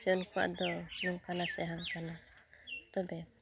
ᱥᱮ ᱱᱩᱠᱩᱣᱟᱜ ᱫᱚ ᱱᱚᱝᱠᱟᱱᱟ ᱥᱮ ᱦᱟᱝᱠᱟᱱᱟ ᱛᱚᱵᱮ